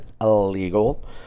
illegal